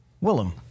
Willem